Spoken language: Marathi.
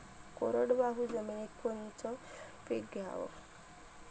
कोरडवाहू जमिनीत कोनचं पीक घ्याव?